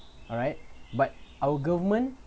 alright but our government